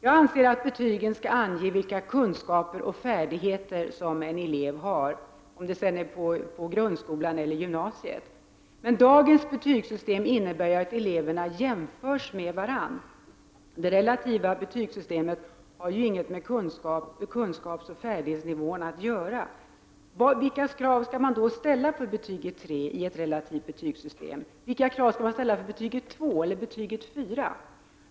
Jag anser att betyget skall ange vilka kunskaper och färdigheter som en elev har, vare sig det är fråga om grundskolan eller gymnasieskolan. Dagens betygssystem innebär att eleverna jämförs med varandra. Det relativa betygssystemet har ingenting med kunskapsoch färdighetsnivån att göra. Vilka krav skall man ställa för betyget tre i ett relativt betygssystem? Vilka krav skall man ställa för betyget två eller fyra?